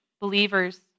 believers